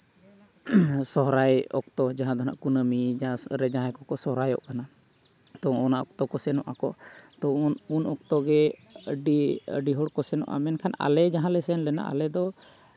ᱥᱚᱦᱨᱟᱭ ᱚᱠᱛᱚ ᱡᱟᱦᱟᱸ ᱫᱚ ᱦᱟᱸᱜ ᱠᱩᱱᱟᱹᱢᱤ ᱡᱟᱦᱟᱸ ᱨᱮ ᱡᱟᱦᱟᱸᱭ ᱠᱚᱠᱚ ᱥᱚᱦᱨᱟᱭᱚᱜ ᱠᱟᱱᱟ ᱛᱳ ᱚᱱᱟ ᱚᱠᱛᱚ ᱠᱚ ᱥᱮᱱᱚᱜ ᱟᱠᱚ ᱛᱚ ᱩᱱ ᱚᱠᱛᱚ ᱜᱮ ᱟᱹᱰᱤ ᱟᱹᱰᱤ ᱦᱚᱲ ᱠᱚ ᱥᱮᱱᱚᱜᱼᱟ ᱢᱮᱱᱠᱷᱟᱱ ᱟᱞᱮ ᱡᱟᱦᱟᱸ ᱞᱮ ᱥᱮᱱ ᱞᱮᱱᱟ ᱟᱞᱮ ᱫᱚ